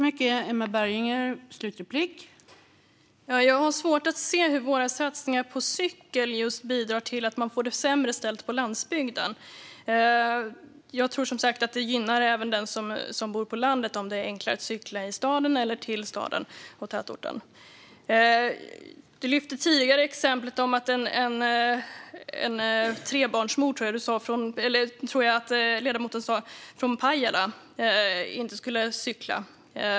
Fru talman! Jag har svårt att se hur våra satsningar på cykel just bidrar till att man får det sämre ställt på landsbygden. Jag tror som sagt att det gynnar även den som bor på landet om det är enklare att cykla i staden eller till staden och tätorten. Magnus Jacobsson lyfte tidigare fram exemplet om att en trebarnsmor från Pajala inte skulle cykla.